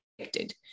affected